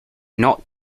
not